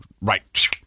Right